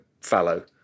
fallow